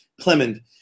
Clement